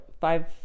five